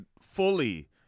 fully